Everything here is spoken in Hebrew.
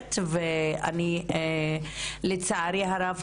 גועשת ואני לצערי הרב,